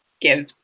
give